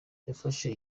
yafashe